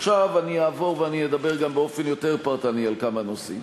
עכשיו אני אעבור ואדבר גם באופן יותר פרטני על כמה נושאים.